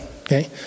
Okay